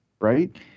Right